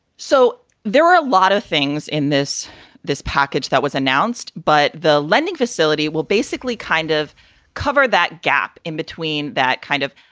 so there are a lot of things in this this package that was announced, but the lending facility will basically kind of cover that gap in between that kind of.